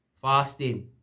fasting